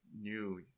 new